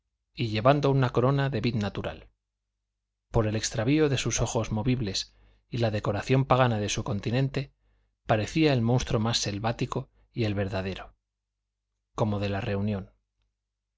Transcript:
y llevando una corona de vid natural por el extravío de sus ojos movibles y la decoración pagana de su continente parecía el monstruo más selvático y el verdadero como de la reunión